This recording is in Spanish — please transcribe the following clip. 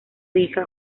hija